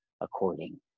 according